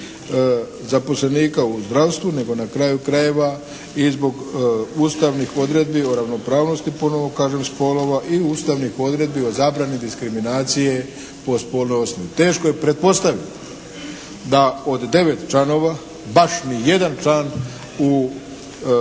zaposlenika u zdravstvu, nego na kraju krajeva i zbog ustavnih odredbi o ravnopravnosti, ponovo kažem, spolova i ustavnih odredbi o zabrani diskriminacije po spolnoj osnovi. Teško je pretpostavljam da od 9 članova baš ni jedan član u